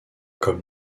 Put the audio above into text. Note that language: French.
comme